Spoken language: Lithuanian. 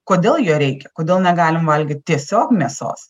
kodėl jo reikia kodėl negalim valgyti tiesiog mėsos